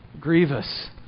grievous